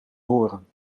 horen